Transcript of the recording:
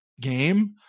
game